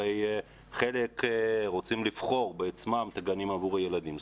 הרי חלק רוצים לבחור בעצמם את הגנים עבור הילדים.